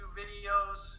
videos